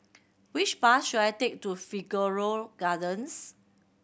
which bus should I take to Figaro Gardens